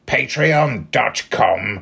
Patreon.com